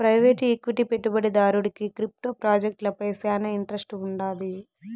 private equity పెట్టుబడిదారుడికి crypto ప్రాజెక్టులపై శానా ఇంట్రెస్ట్ వుండాది